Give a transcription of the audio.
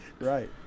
Right